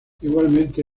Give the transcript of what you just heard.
igualmente